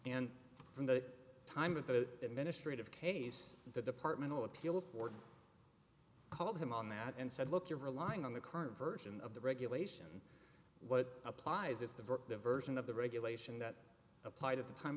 and from that time of the administrative case the department of appeals board called him on that and said look you're relying on the current version of the regulation what applies is the version of the regulation that applied at the time